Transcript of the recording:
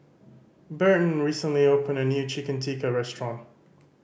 Burton recently opened a new Chicken Tikka restaurant